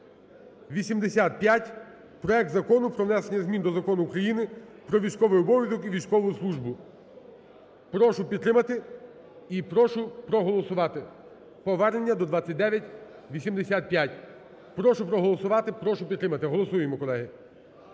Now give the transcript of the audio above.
Прошу проголосувати. Прошу підтримати. Голосуємо, колеги.